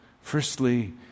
Firstly